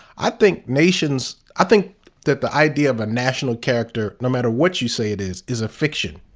i think nations, i think that the idea of a national character, no matter what you say it is, is a fiction.